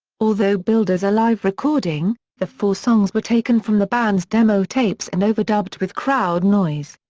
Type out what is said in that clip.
although billed as a live recording, the four songs were taken from the band's demo tapes and overdubbed with crowd noise.